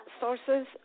sources